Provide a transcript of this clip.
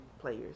players